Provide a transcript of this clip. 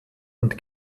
und